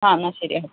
അ എന്നാൽ ശരി